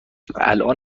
الان